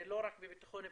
זה לא רק בבטחון פנים,